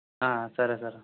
సరే సార్